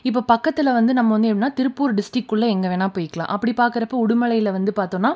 இப்போ பக்கத்தில் வந்து நம்ம வந்து எப்படினா திருப்பூர் டிஸ்ட்ரிக்குள்ளே எங்கே வேணால் போய்க்கிலாம் அப்படி பார்க்குறப்ப உடுமலையில் வந்து பார்த்தோனா